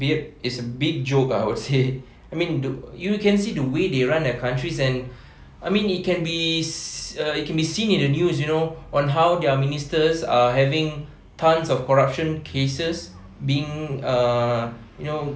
weird is a big joke I would say I mean do you can see the way they run their countries and I mean it can be err it can be seen in the news you know on how their ministers are having tons of corruption cases being ah you know